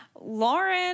Lauren